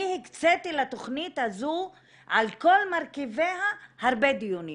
אני הקציתי לתכנית הזו על כל מרכיביה הרבה דיונים.